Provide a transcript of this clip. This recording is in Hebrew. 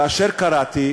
כאשר קראתי,